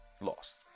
lost